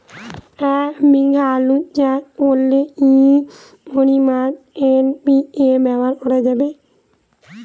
এক বিঘে আলু চাষ করলে কি পরিমাণ এন.পি.কে ব্যবহার করা যাবে?